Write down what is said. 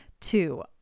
Two